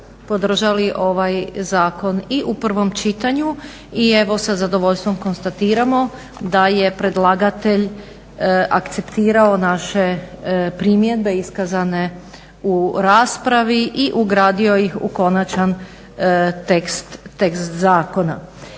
podržali ovaj zakon i u prvom čitanju. I evo sa zadovoljstvom konstatiramo da je predlagatelj akceptirao naše primjedbe iskazane u raspravi i ugradio ih u konačan tekst zakona.